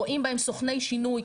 רואים בהם סוכני שינוי,